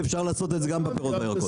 אפשר לעשות את זה גם בפירות ובירקות.